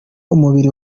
umubiri